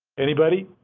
anybody?